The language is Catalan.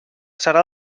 serà